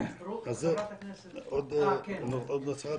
עוד נושא אחד.